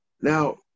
Now